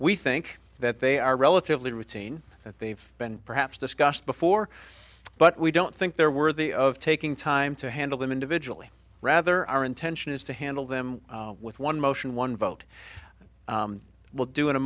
we think that they are relatively routine that they've been perhaps discussed before but we don't think they're worthy of taking time to handle them individually rather our intention is to handle them with one motion one vote will do in a